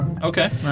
Okay